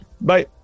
Bye